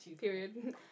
Period